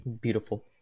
Beautiful